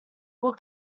will